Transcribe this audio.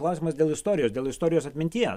klausimas dėl istorijos dėl istorijos atminties